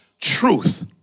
truth